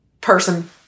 person